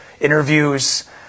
interviews